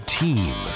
team